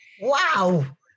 Wow